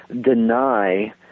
deny